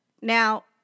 Now